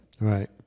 right